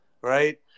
right